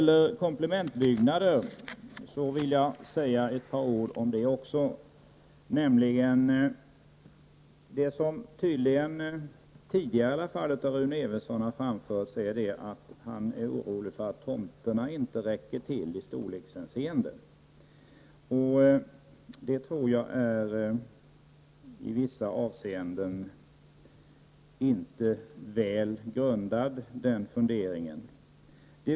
Låt mig också säga några ord om komplementbyggnader. Rune Evensson har tydligen tidigare sagt att han är orolig för att tomternas storlek inte räcker till. Den oron kan inte vara väl grundad.